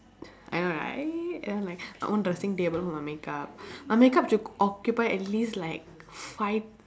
I know right and then like I want dressing table for my makeup my makeup should occupy at least like five